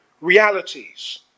realities